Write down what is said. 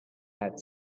had